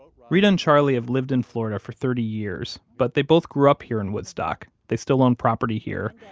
ah reta and charlie have lived in florida for thirty years, but they both grew up here in woodstock. they still own property here,